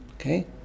Okay